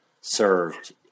served